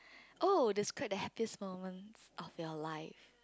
oh describe the happiest moment of your life